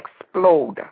explode